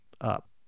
up